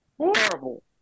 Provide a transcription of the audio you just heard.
horrible